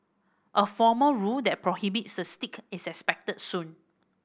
a formal rule that prohibits the stick is expected soon